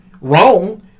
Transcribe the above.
wrong